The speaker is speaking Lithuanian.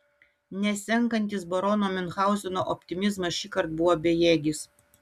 nesenkantis barono miunchauzeno optimizmas šįkart buvo bejėgis